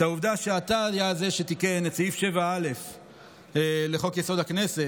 את העובדה שאתה היה זה שתיקן את סעיף 7א לחוק-יסוד: הכנסת,